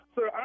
Sir